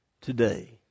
today